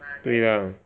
对 lah